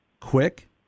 quick